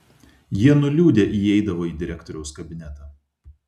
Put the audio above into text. jie nuliūdę įeidavo į direktoriaus kabinetą